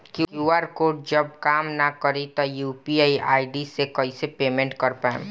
QR code जब काम ना करी त यू.पी.आई आई.डी से कइसे पेमेंट कर पाएम?